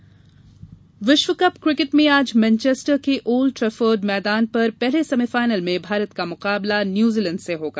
cricket विश्वकप cricket में आज मैनचेस्टर के ओल्ड ट्रेफर्ड मैदान पर पहले सेमीफाइनल में भारत का मुकाबला न्यूजीलैंड से होगा